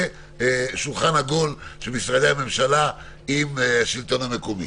שולחן עגול של משרדי הממשלה עם השלטון המקומי